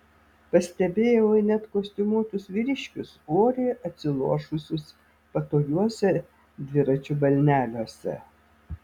pastebėjau net kostiumuotus vyriškius oriai atsilošusius patogiuose dviračių balneliuose